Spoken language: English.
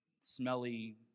smelly